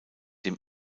dem